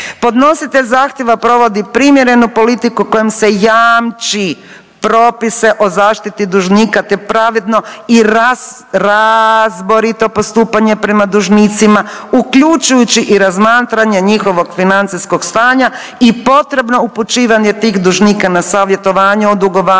Podnositelj zahtjeva provodi primjerenu politiku kojom se jamči propise o zaštiti dužnika, te pravedno i razborito postupanje prema dužnicima uključujući i razmatranje njihovog financijskog stanja i potrebno upućivanje tih dužnika na savjetovanje o dugovanjima